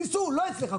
ניסו, לא הצליחה.